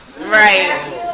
Right